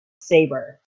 saber